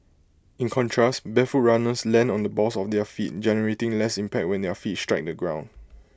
in contrast barefoot runners land on the balls of their feet generating less impact when their feet strike the ground